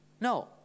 No